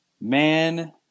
Man